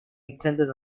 intended